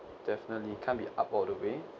definitely can't be up all the way